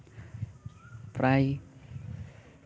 ᱯᱨᱟᱭ